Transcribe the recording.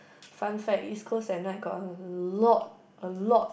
fun fact East-Coast at night got a lot a lot